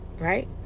right